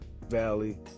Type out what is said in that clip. Valley